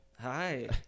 Hi